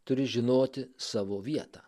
turi žinoti savo vietą